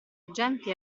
agenti